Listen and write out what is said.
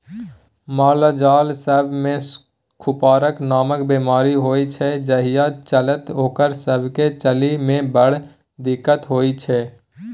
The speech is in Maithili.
मालजाल सब मे खुरपका नामक बेमारी होइ छै जाहि चलते ओकरा सब केँ चलइ मे बड़ दिक्कत होइ छै